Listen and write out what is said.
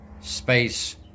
space